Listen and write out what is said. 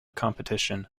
competition